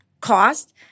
cost